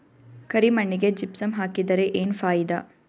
ಕರಿ ಮಣ್ಣಿಗೆ ಜಿಪ್ಸಮ್ ಹಾಕಿದರೆ ಏನ್ ಫಾಯಿದಾ?